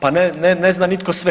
Pa ne zna nitko sve.